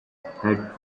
had